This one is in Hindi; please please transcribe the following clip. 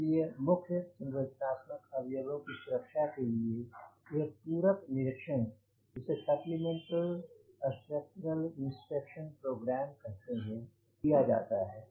इस लिए मुख्य संरचनात्मक अवयवों की सुरक्षा के लिए एक पूरक निरीक्षण जिसे supplemental structural inspection program कहते हैं किया जाता है